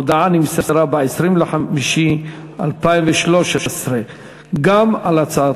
הודעה נמסרה ב-20 במאי 2013. גם על הצעת